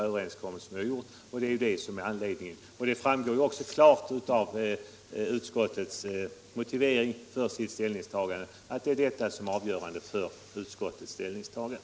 Det framgår också klart av utskottets motivering att de internationella åtagandena är de avgörande för utskottets ställningstagande.